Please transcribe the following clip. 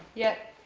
yep.